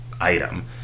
item